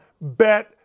Bet